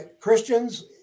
Christians